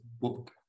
book